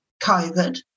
COVID